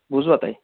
بوٗزوٕ تۄہہِ